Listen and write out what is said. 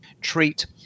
treat